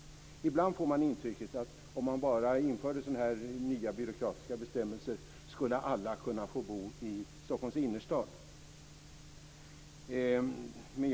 Ibland får man intrycket av att bara nya byråkratiska bestämmelser infördes skulle alla kunna bo i Stockholms innerstad.